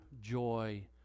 joy